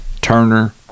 Turner